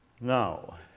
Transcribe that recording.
Now